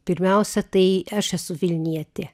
pirmiausia tai aš esu vilnietė